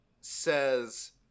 says